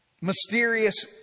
mysterious